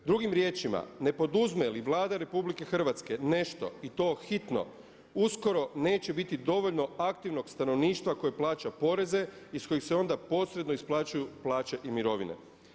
Drugim riječima, ne poduzme li Vlada RH nešto i to hitno uskoro neće biti dovoljno aktivnog stanovništva koje plaća poreze iz kojih se onda posredno isplaćuju plaće i mirovine.